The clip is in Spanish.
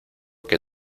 que